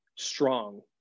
strong